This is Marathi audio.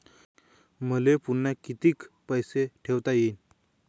मले पुन्हा कितीक पैसे ठेवता येईन?